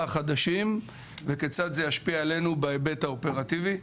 החדשים וכיצד זה ישפיע עלינו בהיבט האופרטיבי.